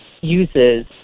uses